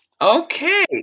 Okay